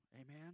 Amen